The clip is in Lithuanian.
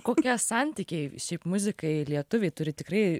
kokie santykiai šiaip muzikai lietuviai turi tikrai